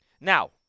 Now